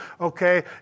okay